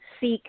seek